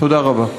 תודה רבה.